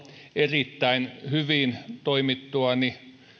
erittäin hyvin toimittuani